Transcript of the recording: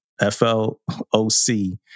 F-L-O-C